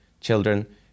children